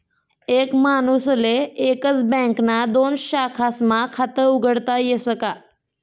एक माणूसले एकच बँकना दोन शाखास्मा खातं उघाडता यस का?